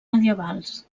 medievals